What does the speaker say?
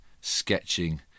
sketching